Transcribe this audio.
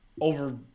over